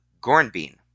Gornbean